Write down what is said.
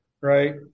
right